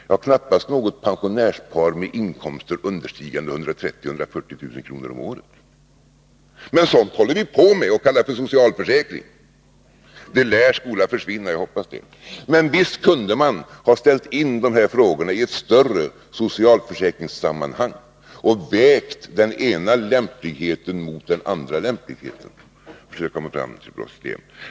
Ja, knappast något pensionärspar med inkomster understigande 130 000-140 000 kr. om året. Men sådant håller vi på med, och det kallar vi socialförsäkring. Det lär försvinna, och jag hoppas det. Men visst kunde man ha satt in de här frågorna i ett större socialt försäkringssammanhang och vägt lämpligheten i det ena mot skäligheten i det andra, för att försöka komma fram till ett bra system.